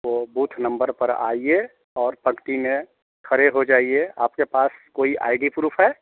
वो booth number पर आइए और पंक्ति में खड़े हो जाइए आपके पास कोई आई डी प्रूफ़ है